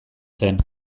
zen